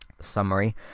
summary